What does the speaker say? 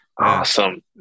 Awesome